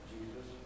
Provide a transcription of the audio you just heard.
Jesus